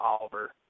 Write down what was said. Oliver